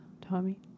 Tommy